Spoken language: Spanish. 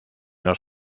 los